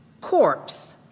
corpse